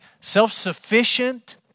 self-sufficient